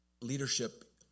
leadership